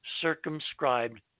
circumscribed